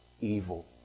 evil